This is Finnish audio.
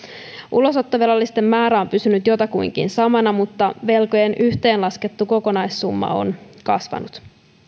ulosottovelallisten määrä on pysynyt jotakuinkin samana mutta velkojen yhteenlaskettu kokonaissumma on kasvanut